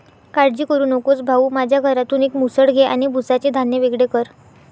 काळजी करू नकोस भाऊ, माझ्या घरातून एक मुसळ घे आणि भुसाचे धान्य वेगळे कर